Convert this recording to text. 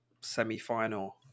semi-final